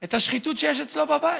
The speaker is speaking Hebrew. השחיתות שיש אצלו בבית.